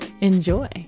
enjoy